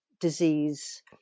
disease